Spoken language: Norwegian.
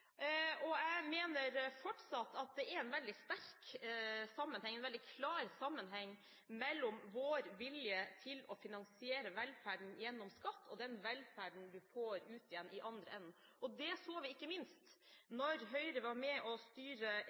med. Jeg mener fortsatt at det er en veldig sterk og klar sammenheng mellom vår vilje til å finansiere velferden gjennom skatt og den velferden du får ut igjen i den andre enden. Det så vi ikke minst da Høyre var med på å styre